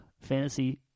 fantasy